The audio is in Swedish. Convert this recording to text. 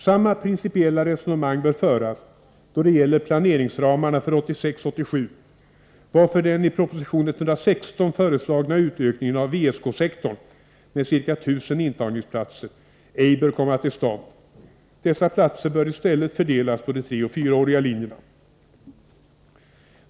Samma principiella resonemang bör föras, då det gäller planeringsramarna för 1986/87, varför den i proposition 116 föreslagna utökningen av VSK sektorn med ca 1 000 intagningsplatser ej bör komma till stånd. Dessa platser bör i stället fördelas på de treoch fyraåriga linjerna.